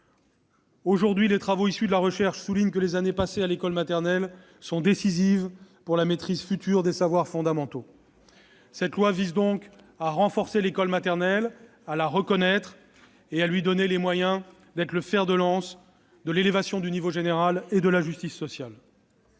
Aujourd'hui, les travaux issus de la recherche soulignent que les années passées à l'école maternelle sont décisives pour la maîtrise future des savoirs fondamentaux. Cette loi vise donc à renforcer l'école maternelle, à la reconnaître et à lui donner les moyens d'être le fer de lance de l'élévation du niveau général et de la justice sociale.